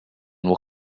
will